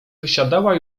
wysiadała